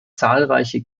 zahlreiche